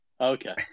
Okay